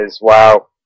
wow